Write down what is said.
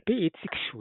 ע"פ איציק שוויקי